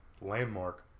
landmark